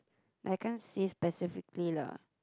I can't say specifically lah